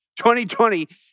2020